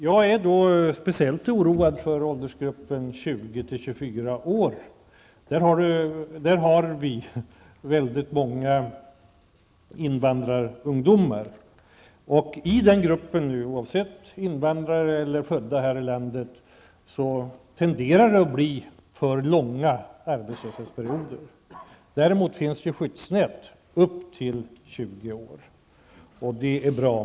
Jag är speciellt oroad för åldersgruppen 20--24 år. Där har vi många invandrarungdomar. I den gruppen tenderar det att bli för långa arbetslöshetsperioder, oavsett om man är invandrare eller född här i landet. Däremot finns ju skyddsnät för åldersgruppen upp till 20 år, och det är bra.